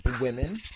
women